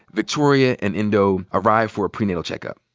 victoria and endo arrived for a prenatal checkup.